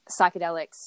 psychedelics